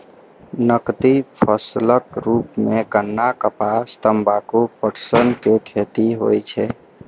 नकदी फसलक रूप मे गन्ना, कपास, तंबाकू, पटसन के खेती होइ छै